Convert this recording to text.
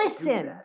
listen